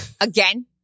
Again